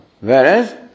Whereas